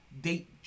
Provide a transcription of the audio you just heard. date